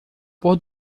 pôr